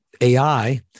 AI